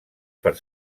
per